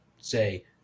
say